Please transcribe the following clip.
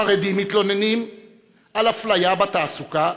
החרדים מתלוננים על אפליה בתעסוקה,